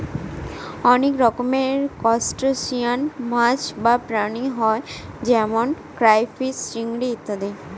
অনেক রকমের ত্রুসটাসিয়ান মাছ বা প্রাণী হয় যেমন ক্রাইফিষ, চিংড়ি ইত্যাদি